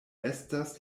estas